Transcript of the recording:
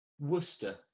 Worcester